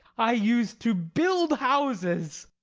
i used to build houses.